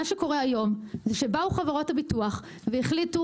מה שקורה היום זה שבאו חברות הביטוח והחליטו